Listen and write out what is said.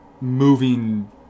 moving